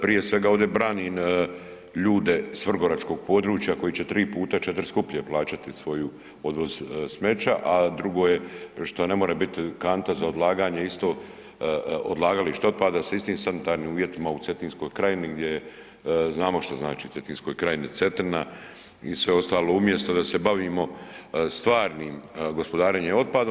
Prije svega ovdje branin ljude s vrgoračkog područja koji će 3 puta, 4 skuplje plaćati svoju odvoz smeća, a drugo je što ne more bit kanta za odlaganje isto, odlagalište otpada sa istim sanitarnim uvjetima u Cetinskoj krajini gdje je, znamo što znači Cetinskoj krajini Cetina i sve ostalo umjesto da se bavimo stvarnim gospodarenjem otpadom.